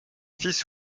fils